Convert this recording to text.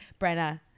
brenna